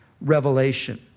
revelation